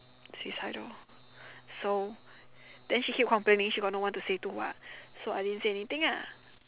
suicidal so then she keep complaining she got no one to say to what so I didn't say anything ah